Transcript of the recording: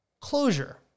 closure